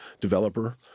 developer